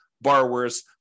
borrowers